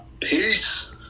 Peace